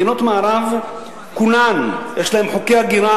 מדינות המערב כולן יש להן חוקי הגירה,